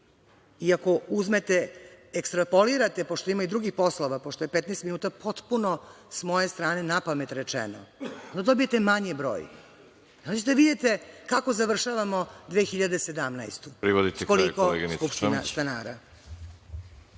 i ako uzmete, ekstrapolirate pošto ima i drugih poslova, pošto je 15 minuta potpuno sa moje stane napamet rečeno onda dobijete manji broj. Onda ćete da vidite kako završavamo 2017. godinu, sa koliko Skupština stanara.